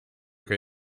che